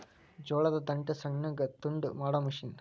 ಜೋಳದ ದಂಟ ಸಣ್ಣಗ ತುಂಡ ಮಾಡು ಮಿಷನ್